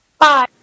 Bye